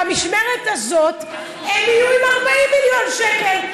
במשמרת הזאת הם יהיו עם 40 מיליון שקל.